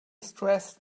stressed